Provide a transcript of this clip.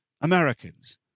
Americans